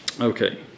Okay